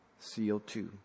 CO2